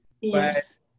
Yes